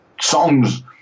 songs